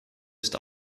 ist